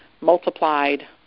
multiplied